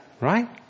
right